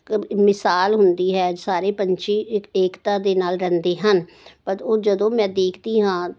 ਮਿਸਾਲ ਹੁੰਦੀ ਹੈ ਸਾਰੇ ਪੰਛੀ ਏ ਏਕਤਾ ਦੇ ਨਾਲ ਰਹਿੰਦੇ ਹਨ ਪਰ ਉਹ ਜਦੋਂ ਮੈਂ ਦੇਖਦੀ ਹਾਂ